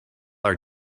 are